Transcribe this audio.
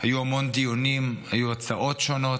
היו המון דיונים, היו הצעות שונות,